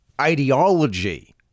ideology